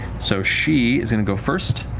so she is going to go first.